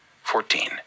Fourteen